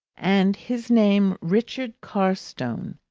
and his name richard carstone.